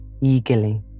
eagerly